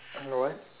what